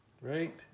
right